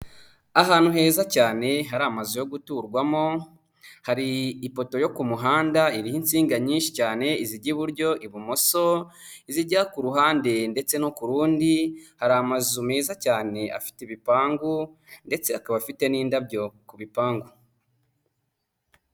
Ahantu heza cyane hari amazu yo guturwamo, hari ipoto yo ku muhanda ibi insinga nyinshi cyane izijya iburyo ibumoso izijya ku ruhande ndetse no ku rundi, hari amazu meza cyane afite ibipangu ndetse akaba afite n'indabyo ku bipangu.